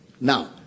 Now